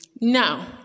Now